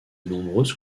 nombreuses